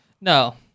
No